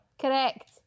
Correct